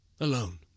Alone